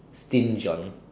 stinge on